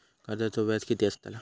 कर्जाचो व्याज कीती असताला?